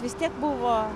vis tiek buvo